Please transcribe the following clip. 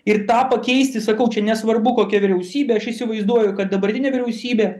ir tą pakeisti sakau čia nesvarbu kokia vyriausybė aš įsivaizduoju kad dabartinė vyriausybė